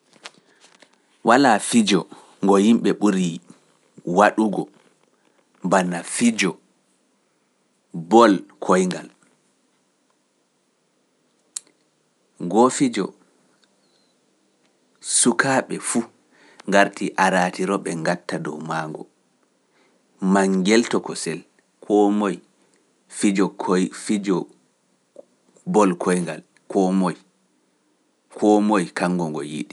Walaa fijo ngo yimɓe ɓurii waɗugo, bana fijo bol koyngal, ngoo fijo sukaaɓe fuu, ngartii aaratiro ɓe ngatta dow maango, manngel-tokosel, koo moye fijo koy- fijo bol koyngal koo moye, koo moye kanngo ngon yiɗi.